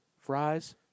Fries